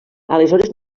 aleshores